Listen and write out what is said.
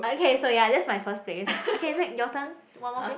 ah okay so ya that's my first place okay next your turn one more play